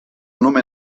nome